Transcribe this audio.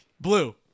blue